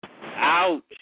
Ouch